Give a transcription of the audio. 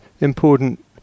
important